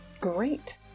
great